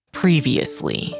Previously